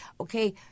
okay